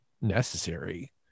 necessary